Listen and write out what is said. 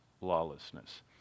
lawlessness